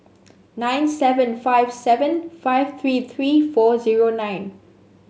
nine seven five seven five three three four zero nine